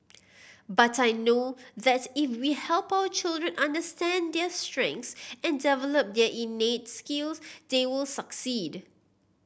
but I know that if we help our children understand their strengths and develop their innate skills they will succeed